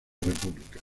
república